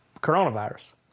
coronavirus